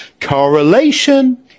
correlation